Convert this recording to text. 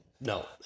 No